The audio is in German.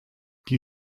die